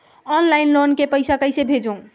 Online loan के पईसा कइसे भेजों?